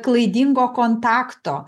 klaidingo kontakto